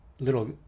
Little